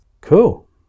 Cool